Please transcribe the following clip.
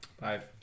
Five